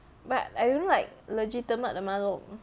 but I don't like legitimate 的吗这种